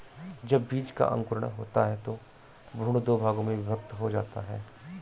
जब बीज का अंकुरण होता है तो भ्रूण दो भागों में विभक्त हो जाता है